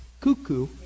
cuckoo